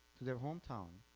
to their hometown